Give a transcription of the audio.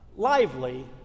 lively